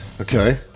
Okay